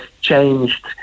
changed